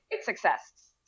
success